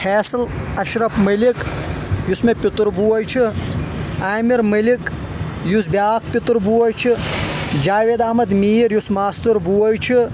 فیصل اشرف ملک یُس مےٚ پِتُر بوے چھُ عامر ملک یُس بیاکھ پِتُر بوے چھُ جاوید احمد میر یُس ماستُر بوے چُھ